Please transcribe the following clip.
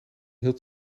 hield